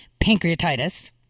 pancreatitis